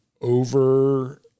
over